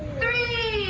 three!